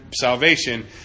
salvation